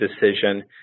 decision